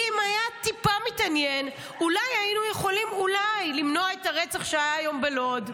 ואם היה טיפה מתעניין אולי היינו יכולים למנוע את הרצח שהיה היום בלוד,